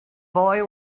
boy